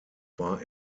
war